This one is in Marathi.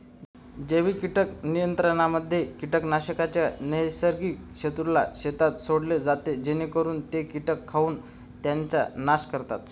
जैविक कीड नियंत्रणामध्ये कीटकांच्या नैसर्गिक शत्रूला शेतात सोडले जाते जेणेकरून ते कीटक खाऊन त्यांचा नाश करतात